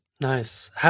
Nice